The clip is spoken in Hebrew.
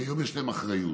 כי היום יש להם אחריות